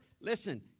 Listen